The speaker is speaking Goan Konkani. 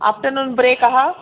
आफ्टरनून ब्रेक आहा